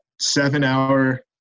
seven-hour